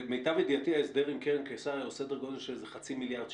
למיטב ידיעתי ההסדר עם קרן קיסריה הוא סדר גודל של חצי מיליארד שקלים.